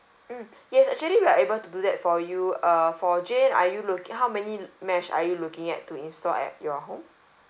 mm yes actually we are able to do that for you uh for jane are you look~ how many mesh are you looking at to install at your home